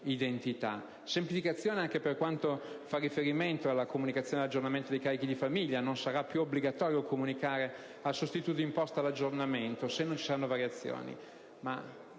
identità. Semplificazioni si riferiscono anche alla comunicazione dell'aggiornamento dei carichi di famiglia: non sarà più obbligatorio comunicare al sostituto d'imposta l'aggiornamento se non ci saranno variazioni.